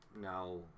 now